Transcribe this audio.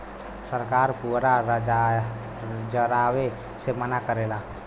सरकार पुअरा जरावे से मना करेला